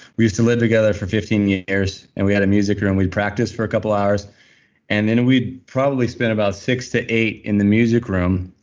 we used to live together for fifteen years and we had a music room. we'd practice for a couple hours and then we'd probably spend about six to eight in the music room,